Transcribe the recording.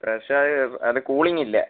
പക്ഷേ അത് അത് കൂളിങ്ങ് ഇല്ല